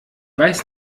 weiß